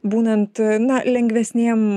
būnant na lengvesniem